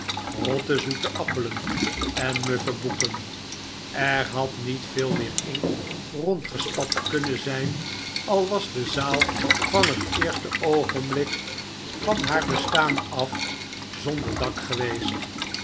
rotte zoete appelen en muffe boeken er had niet veel meer inkt rondgespat kunnen zijn al was de zaal van het eerste oogenblik van haar bestaan af zonder dak geweest